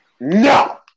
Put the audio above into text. No